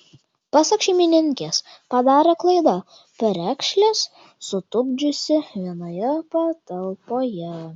pasak šeimininkės padarė klaidą perekšles sutupdžiusi vienoje patalpoje